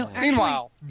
Meanwhile